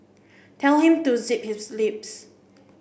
tell him to zip his lips